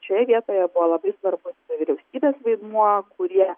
šioje vietoje buvo labai svarbus vyriausybės vaidmuo kurie